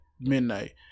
midnight